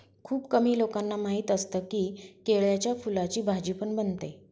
खुप कमी लोकांना माहिती असतं की, केळ्याच्या फुलाची भाजी पण बनते